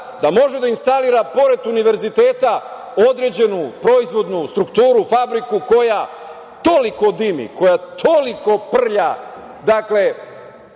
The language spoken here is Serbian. da može da instalira pored univerziteta određenu proizvodnu strukturu, fabriku, koja toliko dimi, koja toliko prlja